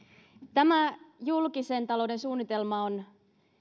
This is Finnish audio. tämä julkisen talouden suunnitelma on